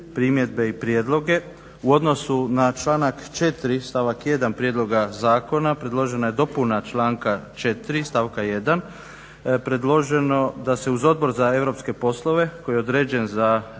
primjedbe i prijedloge u odnosu na članak 4. stavak 1. Prijedloga zakona predložena je dopuna članka 4. stavka 1. Predloženo da se uz Odbor za europske poslove koji je određen za